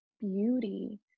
beauty